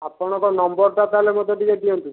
ଆପଣଙ୍କ ନମ୍ବର୍ଟା ତାହାଲେ ମୋତେ ଟିକିଏ ଦିଅନ୍ତୁ